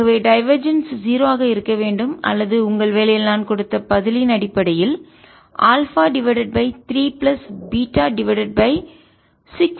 ஆகவே டைவர்ஜன்ஸ் 0 ஆக இருக்க வேண்டும் அல்லது உங்கள் வேலையில் நான் கொடுத்த பதிலின் அடிப்படையில் alpha divided by 3 plus beta divided by 6 minus gamma divided by 2 என்பது 0 க்கு சமம்